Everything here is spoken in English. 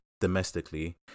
domestically